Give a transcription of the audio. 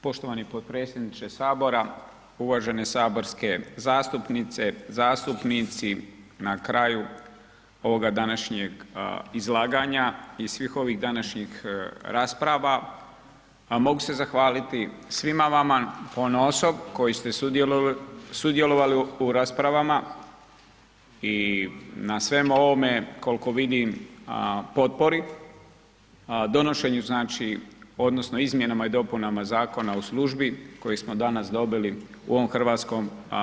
Poštovani potpredsjedniče HS, uvažene saborske zastupnice, zastupnici, na kraju ovoga današnjeg izlaganja i svih ovih današnjih rasprava, a mogu se zahvaliti svima vama ponaosob koji ste sudjelovali u raspravama i na svemu ovome koliko vidim potpori, a donošenju znači odnosno izmjenama i dopunama Zakona o službi koji smo danas dobili u ovom HS.